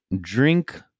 Drink